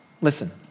Listen